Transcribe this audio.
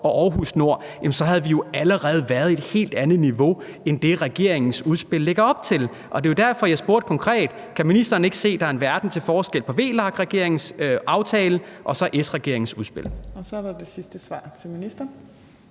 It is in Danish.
og Aarhus Nord, jo så allerede havde været i et helt andet niveau end det, som regeringens udspil lægger op til. Det var jo derfor, jeg spurgte konkret, om ministeren ikke kan se, at der er en verden til forskel på VLAK-regeringens aftale og så S-regeringens udspil.